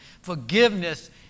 Forgiveness